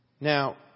now